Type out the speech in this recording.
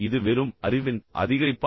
இது வெறும் அறிவின் அதிகரிப்பா